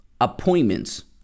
appointments